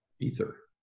ether